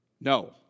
No